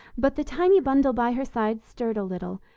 but the tiny bundle by her side stirred a little,